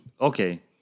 okay